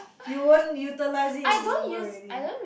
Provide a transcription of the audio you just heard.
you won't utilize it in work already